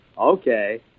Okay